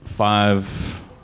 Five